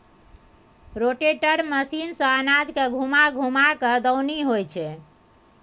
rotator machine सँ अनाज के घूमा घूमा कय दऊनी होइ छै